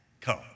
come